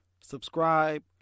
subscribe